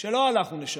שלא אנחנו נשלם,